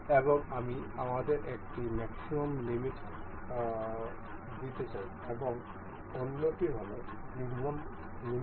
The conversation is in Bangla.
এবং এটি আমাদের একটি ম্যাক্সিমাম লিমিট দেয় এবং অন্যটি হল মিনিমাম মান